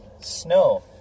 snow